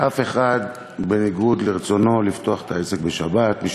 אף אחד לפתוח את העסק בשבת בניגוד לרצונו.